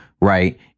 right